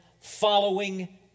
following